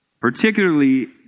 Particularly